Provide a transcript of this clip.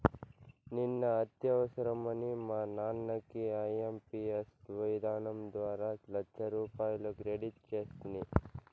నిన్న అత్యవసరమని మా నాన్నకి ఐఎంపియస్ విధానం ద్వారా లచ్చరూపాయలు క్రెడిట్ సేస్తిని